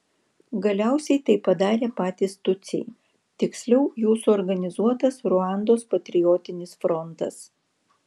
galiausiai tai padarė patys tutsiai tiksliau jų suorganizuotas ruandos patriotinis frontas